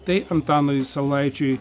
tai antanui saulaičiui